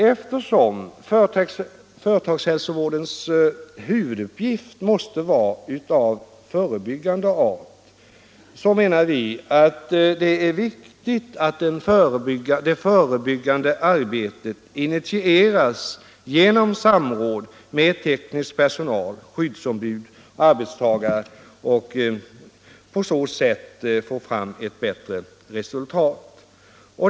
Eftersom företagshälsovårdens huvuduppgift måste vara av förebyggande art menar vi att det är viktigt att det förebyggande arbetet initieras genom samråd med teknisk personal, skyddsombud och arbetstagare, så att man på det sättet får fram ett bättre resultat.